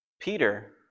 Peter